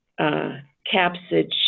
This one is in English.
capsid